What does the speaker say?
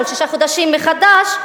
כל שישה חודשים מחדש,